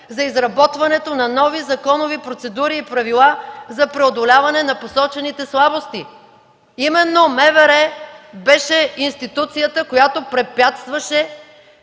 за изработването на нови законови процедури и правила за преодоляване на посочените слабости”. Именно МВР беше институцията, която препятстваше